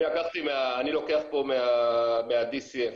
אני לוקח פה מה-DCF.